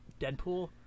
Deadpool